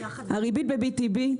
הריבית ב-BTB,